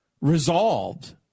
resolved